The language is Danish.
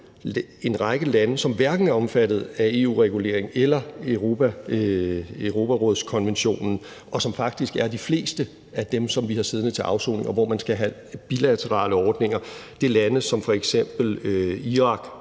en række lande, som hverken er omfattet af EU-regulering eller Europarådskonventionen, og derfra er faktisk de fleste af dem, som vi har siddende til afsoning, og de lande skal man have bilaterale ordninger med, det er lande som f.eks. Irak,